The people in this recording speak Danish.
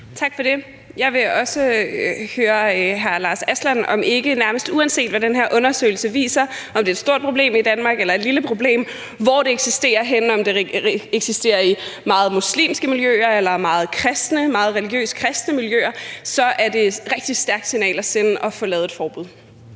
Tak for det. Jeg vil også høre hr. Lars Aslan Rasmussen, om det ikke, nærmest uanset hvad den her undersøgelse viser – altså om det er et stort problem i Danmark eller et lille problem, hvor det eksisterer henne, om det eksisterer i meget muslimske miljøer eller i meget religiøst kristne miljøer – er et rigtig stærkt signal at sende at få lavet et forbud.